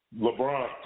LeBron